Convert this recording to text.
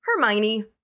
Hermione